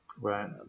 Right